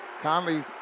Conley